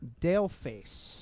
Daleface